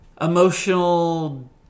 emotional